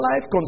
life